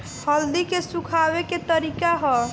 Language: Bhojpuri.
हल्दी के सुखावे के का तरीका ह?